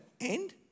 end